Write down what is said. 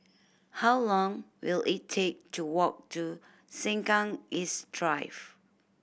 how long will it take to walk to Sengkang East Drive